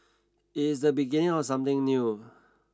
it is the beginning of something new